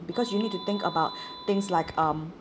because you need to think about things like um